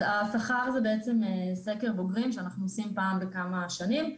השכר זה בעצם סקר בוגרים שאנחנו עושים פעם בכמה שנים.